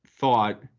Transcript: thought